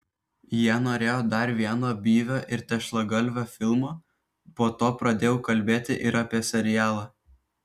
jie norėjo dar vieno byvio ir tešlagalvio filmo po to pradėjo kalbėti ir apie serialą